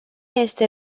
este